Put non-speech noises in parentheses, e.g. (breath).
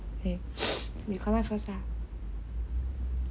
(breath) you connect first ah